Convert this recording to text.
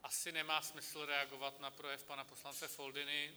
Asi nemá smysl reagovat na projev pana poslance Foldyny.